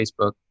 Facebook